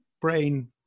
brain